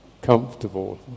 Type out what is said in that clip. comfortable